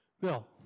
Bill